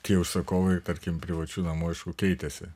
tie užsakovai tarkim privačių namų aišku keitėsi